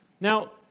Now